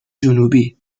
جنوبی